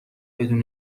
بدون